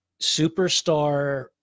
superstar